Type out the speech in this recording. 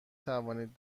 توانید